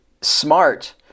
smart